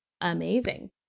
amazing